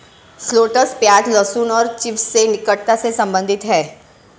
shallots प्याज, लहसुन और चिव्स से निकटता से संबंधित है